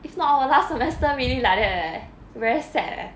if not hor last semester really like that leh very sad leh